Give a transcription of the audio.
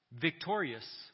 victorious